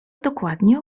dokładnie